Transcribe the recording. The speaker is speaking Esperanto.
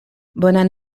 bonan